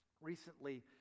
Recently